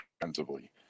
defensively